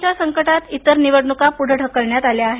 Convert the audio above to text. कोरोनाच्या संकटात इतर निवडण्का प्रढे ढकलण्यात आल्या आहेत